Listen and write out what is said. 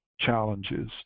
challenges